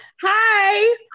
Hi